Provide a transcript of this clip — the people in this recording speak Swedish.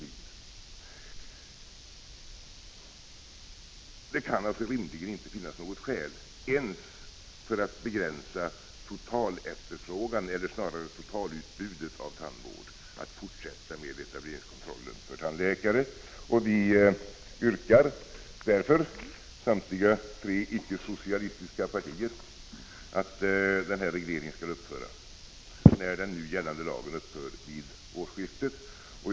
Fortsatt etableringskontroll för tandläkare kan alltså rimligen inte vara något skäl ens för att begränsa totalefterfrågan eller snarare totalutbudet av tandvård. Samtliga tre icke-socialistiska partier yrkar därför att den här regleringen skall upphöra när den nu gällande lagen upphör att gälla vid årsskiftet.